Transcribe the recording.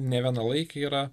nevienalaiki yra